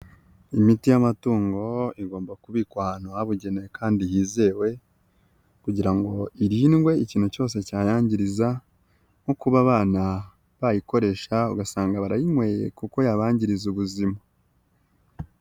Imiti y'amatungo igomba kubikwa ahantu habugenewe kandi hizewe kugira ngo irindwe ikintu cyose cyayangiriza nko kuba abana bayikoresha ugasanga barayinyweye kuko yabangizariza ubuzima.